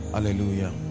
Hallelujah